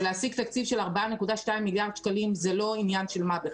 להשיג תקציב של 4.2 מיליארד שקלים זה לא עניין של מה בכך.